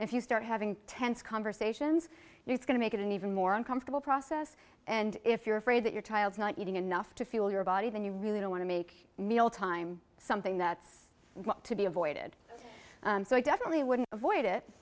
if you start having tense conversations it's going to make it an even more uncomfortable process and if you're afraid that your child's not eating enough to fuel your body then you really don't want to make mealtime something that's got to be avoided so i definitely wouldn't avoid it